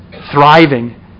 thriving